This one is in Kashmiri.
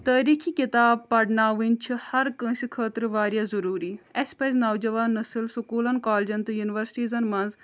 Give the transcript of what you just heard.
تٲریٖخی کِتاب پَرناوٕنۍ چھِ ہَرٕ کٲنٛسہِ خٲطرٕ واریاہ ضٔروٗری اَسہِ پَزِ نَوجوان نٔسٕل سکوٗلَن کالجَن تہٕ یُنوَرسِٹیٖزَن منٛز